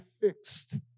fixed